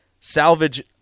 salvage